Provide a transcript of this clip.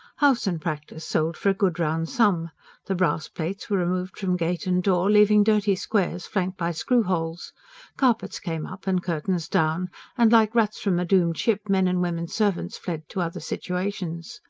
house and practice sold for a good round sum the brass plates were removed from gate and door, leaving dirty squares flanked by screw-holes carpets came up and curtains down and, like rats from a doomed ship, men and women servants fled to other situations.